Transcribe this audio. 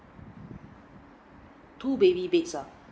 two baby beds ah